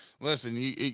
Listen